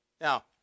Now